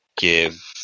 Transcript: give